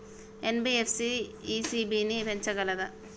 NBFC ECB ని పెంచగలదా?